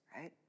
right